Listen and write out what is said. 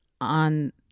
on